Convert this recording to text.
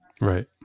right